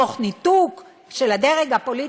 תוך ניתוק של הדרג הפוליטי.